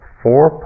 four